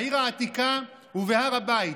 בעיר העתיקה ובהר הבית,